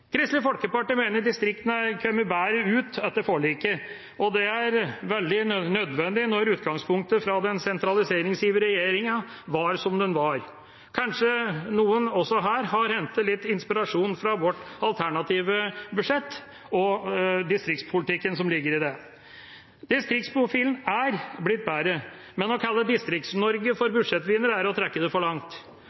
Kristelig Folkeparti mener distriktene er kommet bedre ut etter forliket, og det er veldig nødvendig når utgangspunktet fra den sentraliseringsivrige regjeringa var som det var. Kanskje noen også her har hentet litt inspirasjon fra vårt alternative budsjett og distriktspolitikken som ligger i det. Distriktsprofilen er blitt bedre, men å kalle Distrikts-Norge for budsjettvinner er å trekke det for langt.